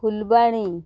Phulbani